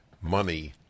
money